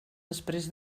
després